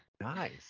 Nice